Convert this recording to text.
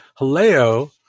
Haleo